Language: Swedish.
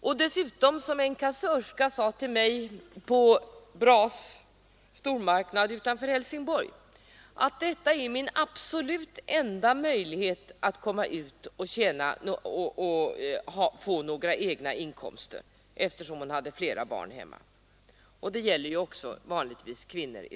Så här sade förresten en kassörska på Bra stormarknad utanför Helsingborg till mig: ”Detta är min absolut enda möjlighet att komma ut och få några egna inkomster, för jag har flera barn hemma.” I sådana här fall gäller det ju vanligtvis kvinnor.